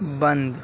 بند